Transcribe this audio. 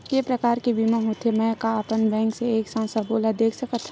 के प्रकार के बीमा होथे मै का अपन बैंक से एक साथ सबो ला देख सकथन?